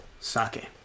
sake